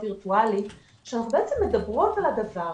שאנחנו בעצם מדברות על דבר